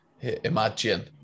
imagine